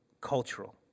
cultural